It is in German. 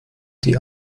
die